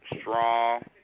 strong